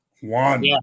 One